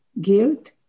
guilt